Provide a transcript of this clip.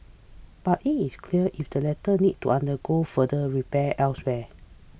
but it is clear if the latter need to undergo further repairs elsewhere